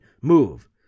move